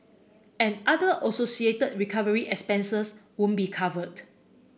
and other associated recovery expenses would be covered